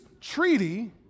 treaty